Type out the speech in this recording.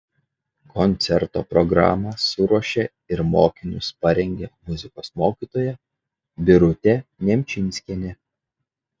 koncerto programą suruošė ir mokinius parengė muzikos mokytoja birutė nemčinskienė